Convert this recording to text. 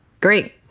Great